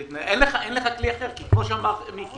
אין לך כלי אחר, כי כמו שאמרת, מיקי